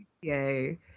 Yay